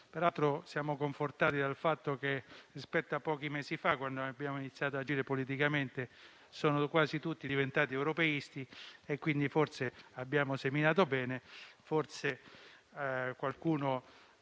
Misto. Siamo confortati peraltro dal fatto che rispetto a pochi mesi fa, quando abbiamo iniziato ad agire politicamente, sono quasi tutti diventati europeisti e quindi forse abbiamo seminato bene, forse qualcuno